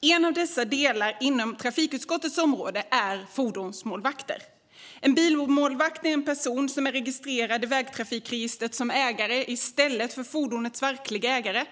En av dessa delar inom trafikutskottets område är fordonsmålvakter. En bilmålvakt är en person som är registrerad i vägtrafikregistret som ägare i stället för fordonets verkliga ägare.